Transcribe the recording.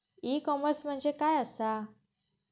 E commerce म्हणजे काय असा?